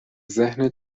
ذهن